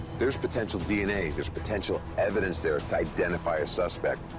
there's potential dna, there's potential evidence there to identify a suspect.